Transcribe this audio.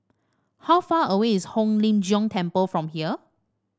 how far away is Hong Lim Jiong Temple from here